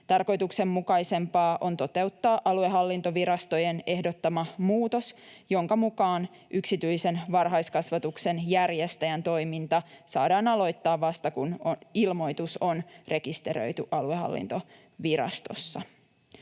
Tarkoituksenmukaisempaa on toteuttaa aluehallintovirastojen ehdottama muutos, jonka mukaan yksityisen varhaiskasvatuksen järjestäjän toiminta saadaan aloittaa vasta, kun ilmoitus on rekisteröity aluehallintovirastossa.